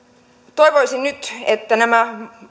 toivoisin nyt että nämä